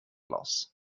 loss